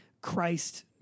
Christ